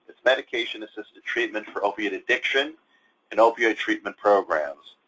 it's medication-assisted treatment for opioid addiction and opioid treatment programs.